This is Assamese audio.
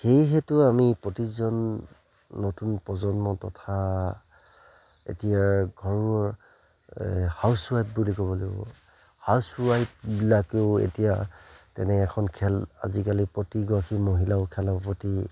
সেইহেতু আমি প্ৰতিজন নতুন প্ৰজন্ম তথা এতিয়াৰ ঘৰৰ হাউচৱাইফ বুলি ক'ব লাগিব হাউচৱাইফবিলাকেও এতিয়া তেনে এখন খেল আজিকালি প্ৰতিগৰাকী মহিলাও খেলৰ প্ৰতি